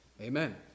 Amen